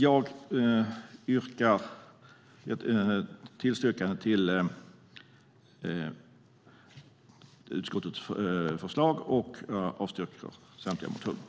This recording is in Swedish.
Jag yrkar bifall till utskottets förslag och avslag på samtliga motioner.